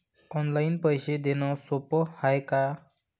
Online पैसे देण सोप हाय का?